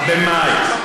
במאי.